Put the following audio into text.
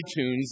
iTunes